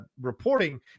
reporting